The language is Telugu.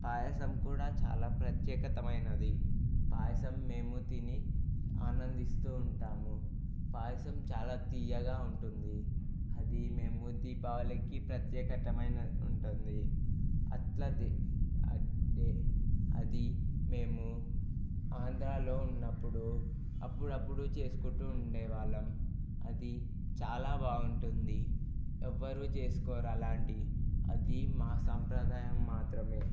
పాయసం కూడా చాలా ప్రత్యేకతమైనది పాయసం మేము తిని ఆనందిస్తూ ఉంటాము పాయసం చాలా తియ్యగా ఉంటుంది అది మేము దీపావళికి ప్రత్యేకతమైనట్టుంటుంది అట్లా అది అది మేము ఆంధ్రాలో ఉన్నప్పుడు అప్పుడప్పుడు చేసుకుంటూ ఉండేవాళ్ళం అది చాలా బాగుంటుంది ఎవ్వరూ చేసుకోరు అలాంటివి అది మా సంప్రదాయం మాత్రమే